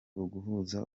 uguhuza